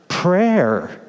Prayer